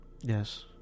Yes